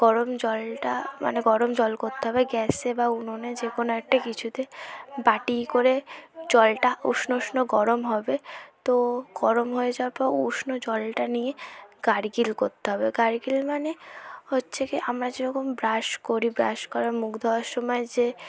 গরম জলটা মানে গরম জল করতে হবে গ্যাসে বা উনোনে যে কোনো একটা কিছুতে বাটি করে জলটা উষ্ণ উষ্ণ গরম হবে তো গরম হয়ে যাওয়ার পর উষ্ণ জলটা নিয়ে গারগেল করতে হবে গারগেল মানে হচ্ছে কি আমরা যেরকম ব্রাশ করি ব্রাশ করার মুখ ধোয়ার সময় যে